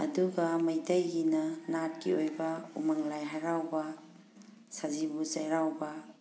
ꯑꯗꯨꯒ ꯃꯩꯇꯩꯒꯤꯅ ꯅꯥꯠꯀꯤ ꯑꯣꯏꯕ ꯎꯃꯪ ꯂꯥꯏ ꯍꯔꯥꯎꯕ ꯁꯥꯖꯤꯕꯨ ꯆꯩꯔꯥꯎꯕ